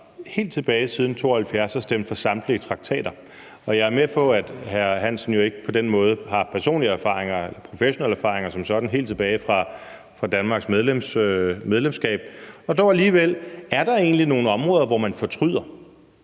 helt tilbage til 1972 har stemt for samtlige trakter, og jeg er med på, at hr. Niels Flemming Hansen jo ikke på den måde har personlige erfaringer, professionelle erfaringer som sådan helt tilbage fra Danmarks medlemskab. Og dog alligevel. Er der egentlig nogen områder, hvor man fortryder?